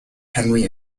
henry